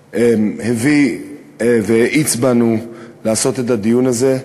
שהביא והאיץ בנו לעשות את הדיון הזה.